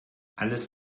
alles